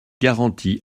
garanties